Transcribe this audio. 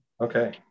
Okay